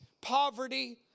poverty